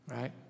right